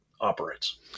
operates